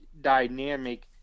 dynamic